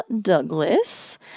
Douglas